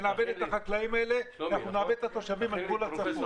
נאבד את החקלאים האלה אנחנו נאבד את התושבים על גבול הצפון.